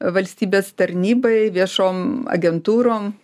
valstybės tarnybai viešom agentūrom